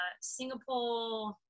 Singapore